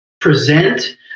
present